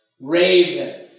Raven